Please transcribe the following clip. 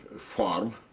farm,